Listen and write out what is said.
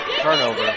Turnover